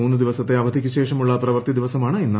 മൂന്ന് ദിവസത്തെ അവധിക്ക് ്ശേഷമുള്ള പ്രവർത്തി ദിവസമാണ് ഇന്ന്